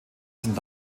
sind